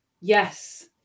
Yes